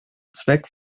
zweck